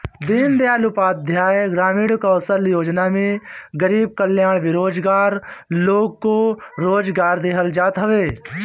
दीनदयाल उपाध्याय ग्रामीण कौशल्य योजना में गरीब ग्रामीण बेरोजगार लोग को रोजगार देहल जात हवे